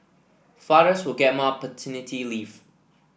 fathers will get more paternity leaves